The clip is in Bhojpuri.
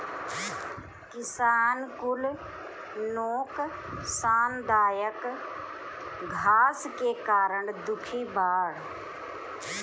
किसान कुल नोकसानदायक घास के कारण दुखी बाड़